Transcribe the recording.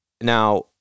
Now